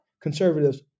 conservatives